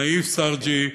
נאיף סארג'י,